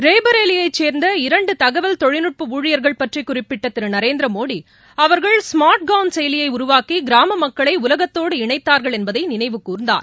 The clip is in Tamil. ரேபரேலியைச் சேர்ந்த இரண்டுதகவல் தொழில்நுட்பஊழியர்கள் பற்றிகுறிப்பிட்டதிருநரேந்திரமோடி ஸ்மார்ட் காவ்ன் செயலியைஉருவாக்கி கிராமமக்களைஉலகத்தோடு இணைத்தார்கள் அவர்கள் என்பதைநினைவுகூர்ந்தார்